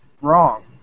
Wrong